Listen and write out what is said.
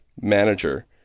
manager